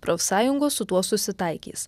profsąjungos su tuo susitaikys